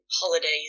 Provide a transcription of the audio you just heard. holidays